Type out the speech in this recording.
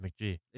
McGee